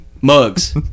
mugs